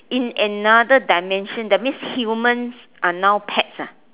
in another dimension that means humans are now pets ah